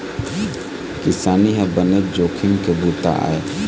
किसानी ह बनेच जोखिम के बूता आय